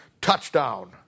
touchdown